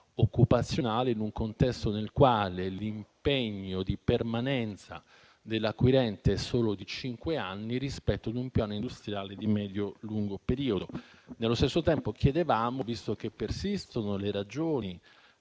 occupazionale in un contesto nel quale l'impegno di permanenza dell'acquirente è solo di cinque anni rispetto a un piano industriale di medio-lungo periodo. Nello stesso tempo, visto che persistono le ragioni